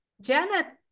Janet